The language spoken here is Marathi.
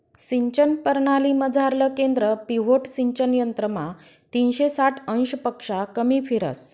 सिंचन परणालीमझारलं केंद्र पिव्होट सिंचन यंत्रमा तीनशे साठ अंशपक्शा कमी फिरस